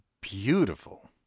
beautiful